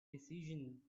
decisions